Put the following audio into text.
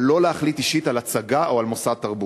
אבל לא להחליט אישית לגבי הצגה או מוסד תרבות.